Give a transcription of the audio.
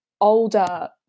older